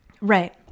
right